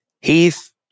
Heath